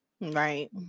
right